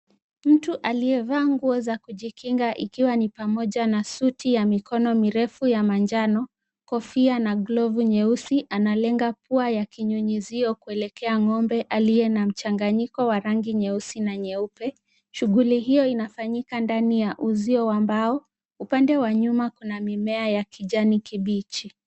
Mtu aliyevalia nguo za kujikinga ikiwa pamoja na suti ya mikono mirefu ya manjano, kofia na glovu nyeusi. Analenga kuwa ya kinyunyizio ya kuekeleaa ng'ombe aliye na mchanganyiko wa rangi nyeusi na nyeupe, shughuli hiyo inafanyika ndani ya uzio wa mbao, upande wa nyuma kuna mimea ya kijani kibichi.